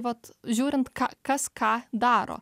vat žiūrint ką kas ką daro